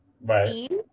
right